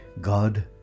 God